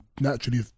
naturally